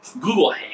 Google